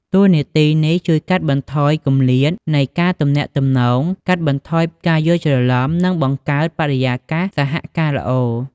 តួនាទីនេះជួយកាត់បន្ថយគម្លាតនៃការទំនាក់ទំនង កាត់បន្ថយការយល់ច្រឡំ និងបង្កើតបរិយាកាសសហការល្អ។